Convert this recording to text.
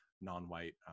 non-white